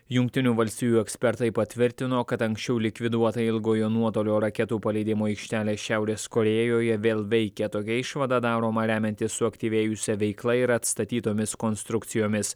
jungtinių valstijų ekspertai patvirtino kad anksčiau likviduota ilgojo nuotolio raketų paleidimo aikštelė šiaurės korėjoje vėl veikia tokia išvada daroma remiantis suaktyvėjusia veikla ir atstatytomis konstrukcijomis